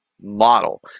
model